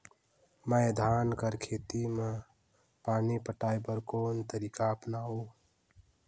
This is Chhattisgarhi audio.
मैं धान कर खेती म पानी पटाय बर कोन तरीका अपनावो?